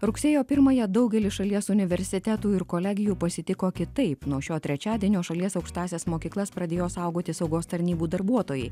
rugsėjo pirmąją daugelis šalies universitetų ir kolegijų pasitiko kitaip nuo šio trečiadienio šalies aukštąsias mokyklas pradėjo saugoti saugos tarnybų darbuotojai